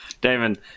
Damon